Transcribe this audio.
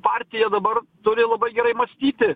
partija dabar turi labai gerai mąstyti